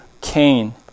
Cain